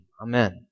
Amen